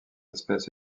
espèce